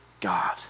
God